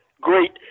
Great